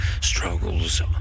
struggles